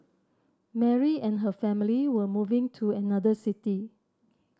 Mary and her family were moving to another city